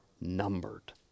numbered